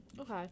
Okay